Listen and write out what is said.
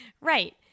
Right